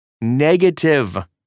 negative